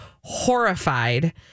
horrified